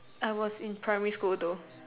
I was in primary school though